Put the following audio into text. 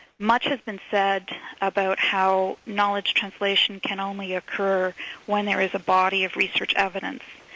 much has been said about how knowledge translation can only occur when there is a body of research evidence,